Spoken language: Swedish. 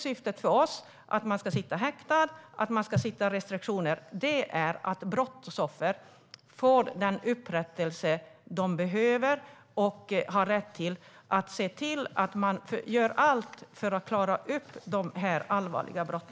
Som vi ser det är huvudsyftet med häktning och restriktioner att brottsoffer får den upprättelse de behöver, och då måste man göra allt för att klara upp allvarliga brott.